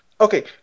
Okay